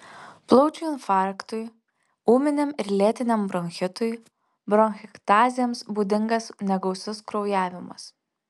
plaučių infarktui ūminiam ir lėtiniam bronchitui bronchektazėms būdingas negausus kraujavimas